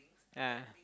ah